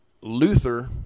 Luther